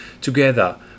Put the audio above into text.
together